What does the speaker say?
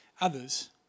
others